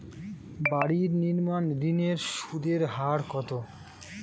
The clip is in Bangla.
বাড়ি নির্মাণ ঋণের সুদের হার কত?